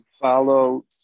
follow